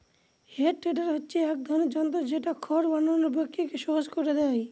হে tedder হচ্ছে এক ধরনের যন্ত্র যেটা খড় বানানোর প্রক্রিয়াকে সহজ করে দেয়